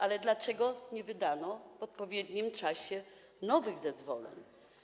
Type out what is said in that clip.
Ale dlaczego nie wydano w odpowiednim czasie nowych zezwoleń?